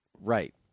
Right